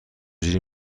جوری